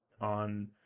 on